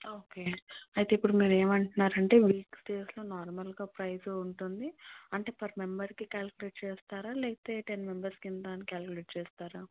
okay అయితే ఇప్పుడు మీరు ఏమంటున్నారు అంటే వీక్స్డేస్లో నార్మల్గా ప్రైస్ ఉంటుంది అంటే పర్ మెంబర్కి క్యాల్కులేట్ చేస్తారా లేతే టెన్ మెంబర్స్కి ఇంత అని క్యాల్కులేట్ చేస్తారా